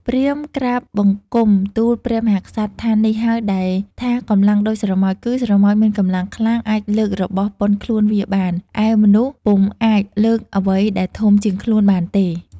ព្រាហ្មណ៍ ក្រាបបង្គំទូលព្រះមហាក្សត្រថានេះ ហើយដែលថាកម្លាំងដូចស្រមោច គឺស្រមោចមានកម្លាំងខ្លាំងអាចលើករបស់ប៉ុនខ្លួនវាបាន ឯមនុស្សពុំអាចលើកអ្វីដែលធំជាងខ្លួនបានទេ ។